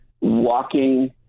walking